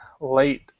late